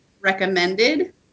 recommended